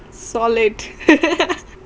solid